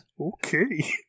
Okay